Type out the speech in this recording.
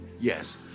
Yes